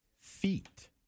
feet